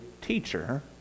teacher